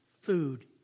food